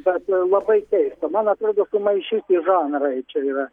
bet labai keista man atrodo sumaišyti žanrai čia yra